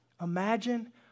imagine